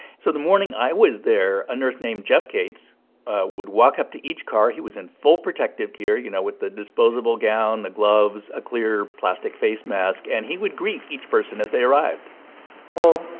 so the morning i was there, a nurse named jeff gates would walk up to each car. he was in full protective gear you know, with the disposable gown, the gloves, a clear plastic face mask. and he would greet each person as they arrived hello.